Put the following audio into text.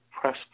press